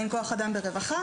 אין כוח אדם ברווחה,